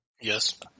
Yes